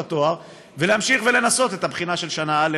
התואר ולהמשיך ולנסות את הבחינה של שנה א',